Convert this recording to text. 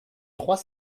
trois